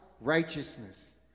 Righteousness